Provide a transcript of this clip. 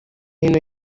hino